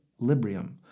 Librium